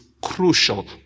crucial